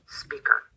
speaker